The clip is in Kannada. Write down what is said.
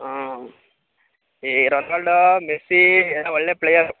ಹಾಂ ಈ ರೋನಾಲ್ಡೋ ಮೆಸ್ಸೀ ಎಲ್ಲ ಒಳ್ಳೇ ಪ್ಲೇಯರು